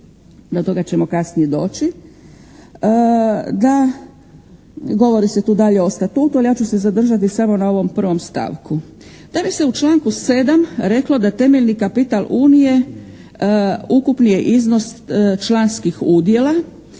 Do toga ćemo kasnije doći. Da, govori se tu dalje o Statutu, ali ja ću se zadržati samo na ovom 1. stavku. Da bi se u članku 7. reklo da temeljni kapital unije ukupni je iznos članskih udjela.